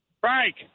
Frank